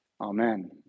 Amen